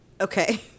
Okay